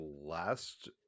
last